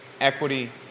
equity